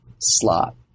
slot